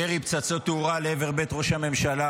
ירי פצצות תאורה לעבר בית ראש הממשלה.